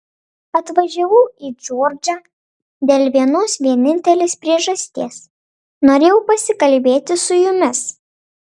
atvažiavau į džordžą dėl vienos vienintelės priežasties norėjau pasikalbėti su jumis